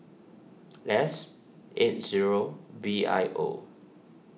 S eight zero B I O